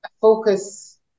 focus